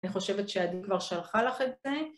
אני חושבת שעדי כבר שלחה לך את זה.